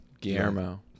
Guillermo